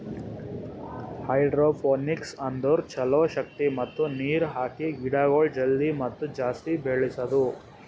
hydroponics ಅಂದುರ್ ಛಲೋ ಶಕ್ತಿ ಮತ್ತ ನೀರ್ ಹಾಕಿ ಗಿಡಗೊಳ್ ಜಲ್ದಿ ಮತ್ತ ಜಾಸ್ತಿ ಬೆಳೆಸದು